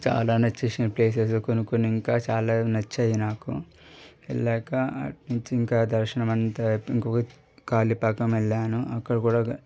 చాలా నచ్చేసిన ప్లేసెస్ కొన్ని కొన్ని ఇంకా చాలా నచ్చాయి నాకు వెళ్ళాక అటునుంచి ఇంకా దర్శనం అంతా అయిపోయి ఇంకొక కాణిపాకం వెళ్ళాను అక్కడ కూడా